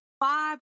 five